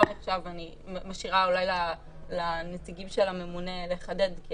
נחשב אני משאירה לנציגי הממונה לחדד.